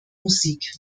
musik